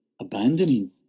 abandoning